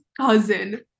cousin